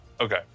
okay